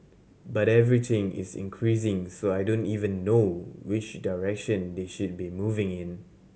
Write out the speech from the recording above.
but everything is increasing so I don't even know which direction they should be moving in